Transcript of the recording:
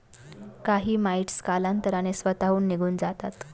काही माइटस कालांतराने स्वतःहून निघून जातात